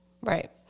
Right